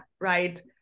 right